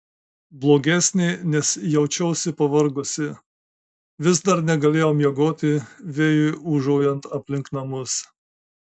blogesnė nes jaučiausi pavargusi vis dar negalėjau miegoti vėjui ūžaujant aplink namus